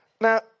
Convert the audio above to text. Now